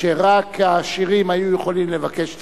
שרק העשירים היו יכולים לבקש צדק,